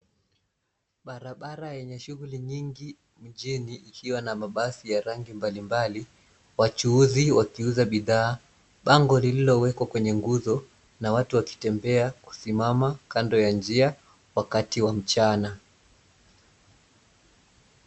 Barabara yenye shughuli nyingi mjini ikiwa na mabasi ya rangi mbalimbali, wachuuzi wakiuza bidhaa, bango lililowekwa kwenye nguzo na watu wakitembea, kusimama kando ya njia wakati wa mchana.